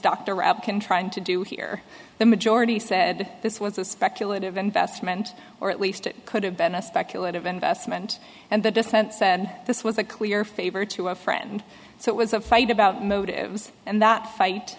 dr up can trying to do here the majority said this was a speculative investment or at least it could have been a speculative investment and the dissent said this was a clear favor to a friend so it was a fight about motives and that fight